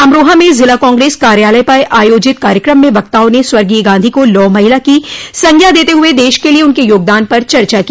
अमरोहा में ज़िला कांग्रेस कार्यालय पर आयोजित कार्यक्रम में वक्ताओं ने स्वर्गीय गांधी को लौह महिला की संज्ञा देते हुए देश के लिये उनके योगदान पर चर्चा की